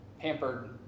pampered